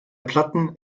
platten